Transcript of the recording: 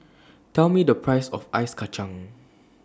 Tell Me The Price of Ice Kacang